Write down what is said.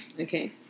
Okay